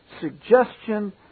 suggestion